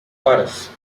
horas